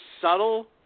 subtle